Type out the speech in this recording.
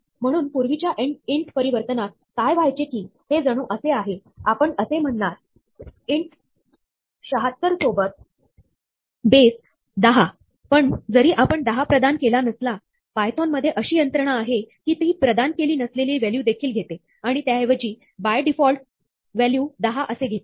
म्हणून पूर्वीच्या इंट परिवर्तनात काय व्हायचे की हे जणू असे आहे आपण असे म्हणणारइंट "76" सोबत बेस 10 पण जरी आपण 10 प्रदान केला नसला पायथोन मध्ये अशी यंत्रणा आहे की ती प्रदान केली नसलेली व्हॅल्यू देखील घेते आणि त्याऐवजी बाय डिफॉल्ट व्हॅल्यू 10 असे घेते